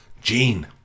Gene